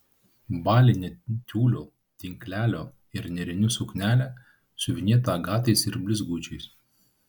balinė tiulio tinklelio ir nėrinių suknelė siuvinėta agatais ir blizgučiais